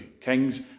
Kings